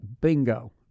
bingo